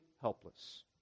helpless